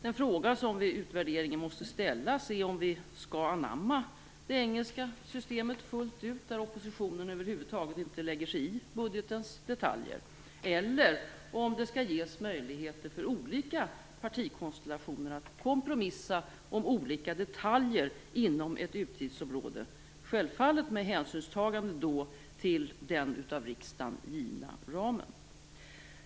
En fråga som vid utvärderingen måste ställas är om vi fullt ut skall anamma det engelska systemet, där ju oppositionen över huvud taget inte lägger sig i budgetens detaljer, eller om det skall ges möjligheter för olika partikonstellationer att kompromissa om olika detaljer inom ett utgiftsområde, självfallet med hänsynstagande till den av riksdagen givna ramen.